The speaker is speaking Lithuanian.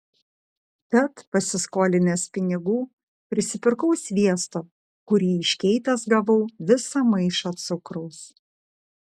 tad pasiskolinęs pinigų prisipirkau sviesto kurį iškeitęs gavau visą maišą cukraus